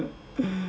uh